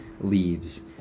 leaves